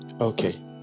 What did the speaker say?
okay